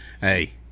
hey